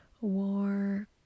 war